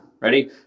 ready